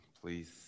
please